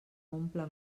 omple